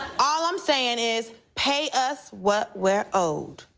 all i'm saying is, pay us what we're owed.